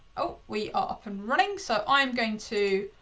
oh, we are up and running, so i am going to